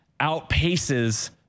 outpaces